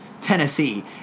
Tennessee